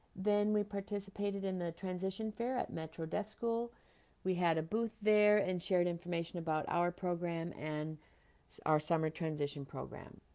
then we participated in the transition fair at metro deaf school we had a booth there and shared information about our program and our summer transition program